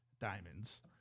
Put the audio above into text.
diamonds